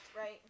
right